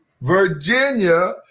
Virginia